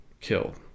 killed